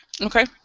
Okay